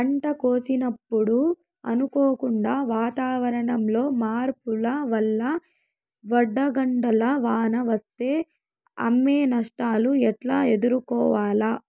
పంట కోసినప్పుడు అనుకోకుండా వాతావరణంలో మార్పుల వల్ల వడగండ్ల వాన వస్తే అయ్యే నష్టాలు ఎట్లా ఎదుర్కోవాలా?